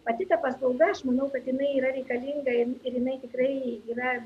pati ta paslauga aš manau kad jinai yra reikalinga ir jinai tikrai yra